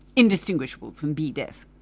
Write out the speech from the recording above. indistinguishable from bee death.